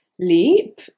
leap